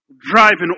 driving